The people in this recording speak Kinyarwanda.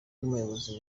nk’umuyobozi